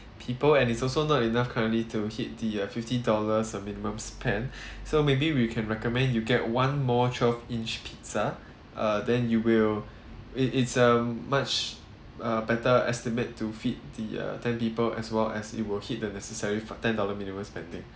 people and it's also not enough currently to hit the uh fifty dollars a minimum spend so maybe we can recommend you get one more twelve inch pizza uh then you will it it's a much uh better estimate to feed the uh ten people as well as it will hit the necessary for ten dollar minimum spend